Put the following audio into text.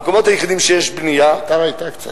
המקומות היחידים שיש בנייה, בביתר היתה קצת.